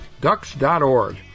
Ducks.org